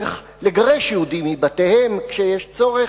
איך לגרש יהודים מבתיהם כשיש צורך,